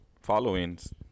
followings